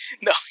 no